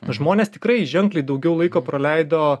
žmonės tikrai ženkliai daugiau laiko praleido